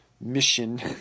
mission